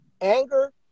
anger